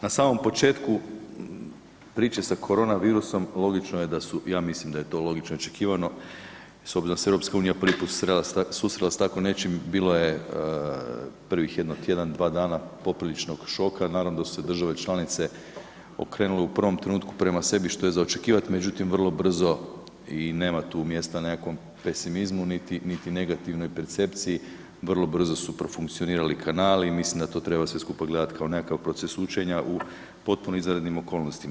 Na samom početku priče sa korona virusom logično je da su, ja mislim da je to logično očekivano s obzirom da se EU prvi put susrela s tako nečim, bilo je prvih jedno tjedan, dva dana popriličnog šoka, naravno da su se države članice okrenule u prvom trenutku prema sebi što je za očekivat, međutim vrlo brzo i nema tu mjesta nekakvom pesimizmu niti, niti negativnoj percepciji, vrlo brzo su profunkcionirali kanali i mislim da to treba sve skupa gledat kao nekakav proces učenja u potpuno izvanrednim okolnostima.